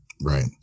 Right